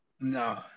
No